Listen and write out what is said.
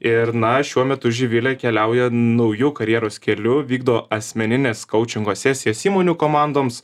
ir na šiuo metu živilė keliauja nauju karjeros keliu vykdo asmenines kaučingo sesijas įmonių komandoms